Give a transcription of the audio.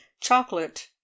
chocolate